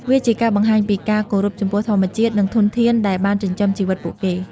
វាជាការបង្ហាញពីការគោរពចំពោះធម្មជាតិ និងធនធានដែលបានចិញ្ចឹមជីវិតពួកគេ។